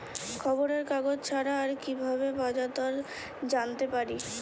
খবরের কাগজ ছাড়া আর কি ভাবে বাজার দর জানতে পারি?